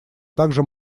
также